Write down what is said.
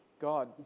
God